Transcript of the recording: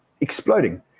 exploding